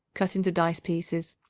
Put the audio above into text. cut into dice pieces.